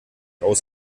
aus